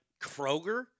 Kroger